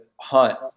hunt